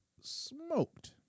Smoked